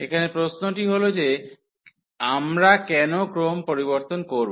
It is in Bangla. এখানে প্রশ্নটি হল যে আমরা কেন ক্রম পরিবর্তন করব